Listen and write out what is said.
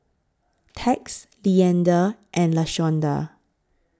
Tex Leander and Lashonda